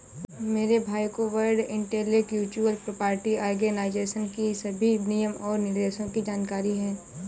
मेरे भाई को वर्ल्ड इंटेलेक्चुअल प्रॉपर्टी आर्गेनाईजेशन की सभी नियम और निर्देशों की जानकारी है